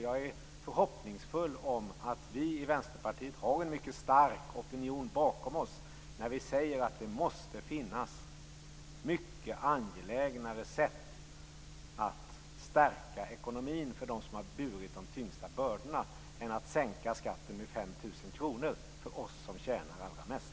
Jag är förhoppningsfull när det gäller att vi i Vänsterpartiet har en mycket stark opinion bakom oss när vi säger att det måste finnas mycket mer angelägna sätt att stärka ekonomin för dem som har burit de tyngsta bördorna än att sänka skatten med 5 000 kronor för oss som tjänar allra mest.